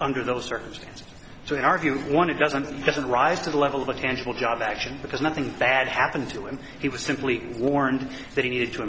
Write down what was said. under those circumstances so in our view one it doesn't doesn't rise to the level of a tangible job action because nothing bad happened to him he was simply warned that he needed to